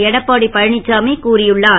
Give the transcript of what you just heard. எடப்பாடி பழனிச்சாமி கூறியுள்ளார்